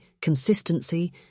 consistency